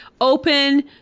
open